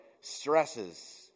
stresses